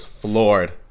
floored